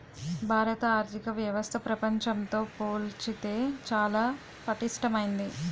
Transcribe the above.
భారత ఆర్థిక వ్యవస్థ ప్రపంచంతో పోల్చితే చాలా పటిష్టమైంది